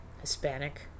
Hispanic